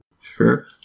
Sure